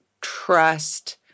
trust